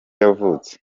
yavutse